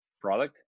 product